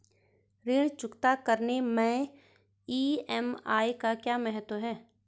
ऋण चुकता करने मैं ई.एम.आई का क्या महत्व है?